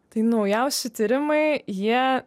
tai naujausi tyrimai jie